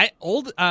Old